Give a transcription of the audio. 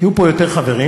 יהיו פה יותר חברים,